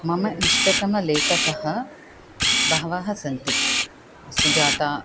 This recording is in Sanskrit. मम इष्टतमाः लेखकाः बहवः सन्ति सुजाता